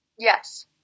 Yes